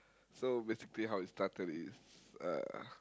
so basically how it started is uh